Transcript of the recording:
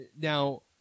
Now